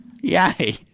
Yay